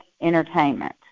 entertainment